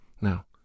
Now